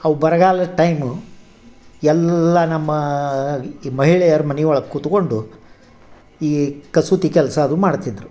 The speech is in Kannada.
ಅವು ಬರಗಾಲದ ಟೈಮು ಎಲ್ಲ ನಮ್ಮ ಈ ಮಹಿಳೆಯರು ಮನೆ ಒಳಗೆ ಕೂತ್ಕೊಂಡು ಈ ಕಸೂತಿ ಕೆಲಸ ಅದು ಮಾಡ್ತಿದ್ದರು